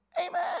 Amen